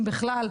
אם בכלל,